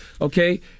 Okay